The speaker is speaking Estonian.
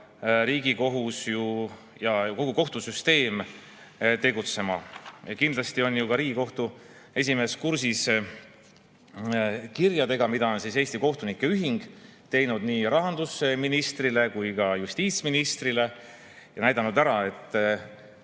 Riigikohus ja kogu kohtusüsteem tegutsema. Kindlasti on ju ka Riigikohtu esimees kursis kirjadega, mida on Eesti Kohtunike Ühing teinud nii rahandusministrile kui ka justiitsministrile, ja näidanud ära, et